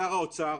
שר האוצר,